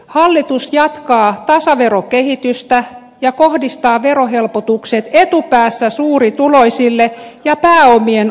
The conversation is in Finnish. hallitus jatkaa tasaverokehitystä ja kohdistaa verohelpotukset etupäässä suurituloisille ja pääomien omistajille